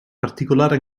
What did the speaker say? particolare